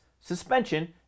suspension